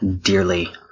dearly